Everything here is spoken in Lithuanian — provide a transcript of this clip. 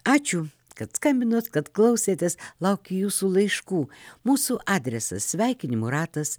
ačiū kad skambinot kad klausėtės laukiu jūsų laiškų mūsų adresas sveikinimų ratas